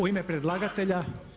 U ime predlagatelja?